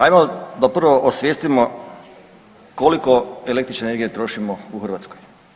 Ajmo da prvo osvijestimo koliko električne energije trošimo u Hrvatskoj.